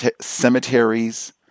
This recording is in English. cemeteries